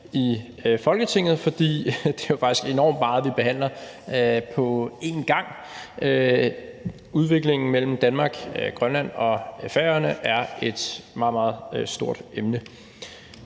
i Folketinget, fordi det faktisk er enormt meget, vi behandler på én gang. Udviklingen mellem Danmark, Grønland og Færøerne er et meget, meget stort emne.